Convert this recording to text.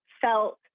felt